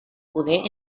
poder